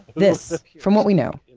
this, from what we know,